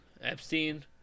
Epstein